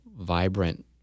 vibrant